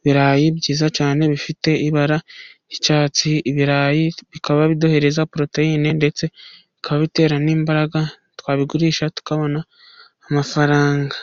ibirayi byiza cyane bifite ibara ry'cyatsi. Ibirayi bikaba biduhereza proteyine, ndetse bikaba bitera n'imbaraga twabigurisha tukabona amafaranga.